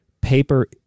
Paper